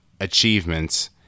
achievements